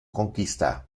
conquista